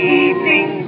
evening